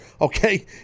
Okay